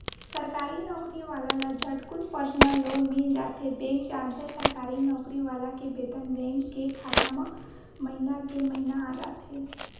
सरकारी नउकरी वाला ल झटकुन परसनल लोन मिल जाथे बेंक जानथे सरकारी नउकरी वाला के बेतन बेंक के खाता म महिना के महिना आ जाथे